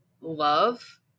love